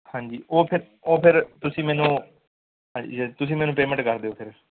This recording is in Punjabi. ਹਾਂਜੀ ਉਹ ਫੇਰ ਉਹ ਫੇਰ ਤੁਸੀਂ ਮੈਨੂੰ ਹਾਂਜੀ ਤੁਸੀਂ ਮੈਨੂੰ ਪੇਮੈਂਟ ਕਰ ਦਿਓ ਫੇਰ